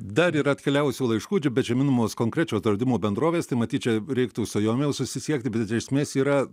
dar yra atkeliavusių laiškų čia bet čia minimos konkrečios draudimo bendrovės tai matyt čia reiktų su jomis susisiekti bet iš esmės yra